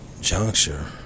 juncture